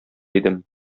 идем